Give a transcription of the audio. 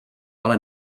ale